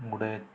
ଗୁଡ଼ାଏ